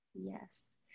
Yes